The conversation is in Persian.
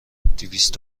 دویست